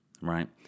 right